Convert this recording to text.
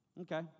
Okay